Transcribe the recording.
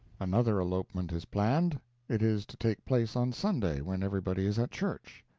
another elopement is planned it is to take place on sunday, when everybody is at church.